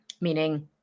Meaning